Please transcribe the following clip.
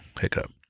hiccup